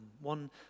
One